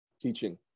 teaching